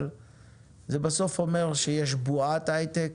אבל זה בסוף אומר שישנה בועת היי-טק